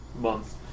month